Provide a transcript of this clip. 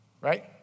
right